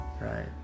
Right